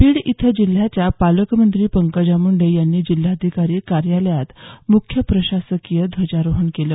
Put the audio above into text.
बीड इथं जिल्ह्याच्या पालकमंत्री पंकजा मुंडे यांनी जिल्हाधिकारी कार्यालयात मुख्य शासकीय ध्वजारोहण केलं